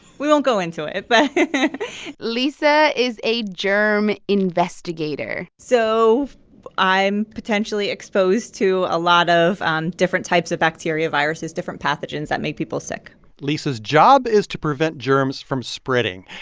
we won't go into it. but lisa is a germ investigator so i'm potentially exposed to a lot of different types of bacteria, viruses, different pathogens that make people sick lisa's job is to prevent germs from spreading.